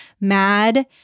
mad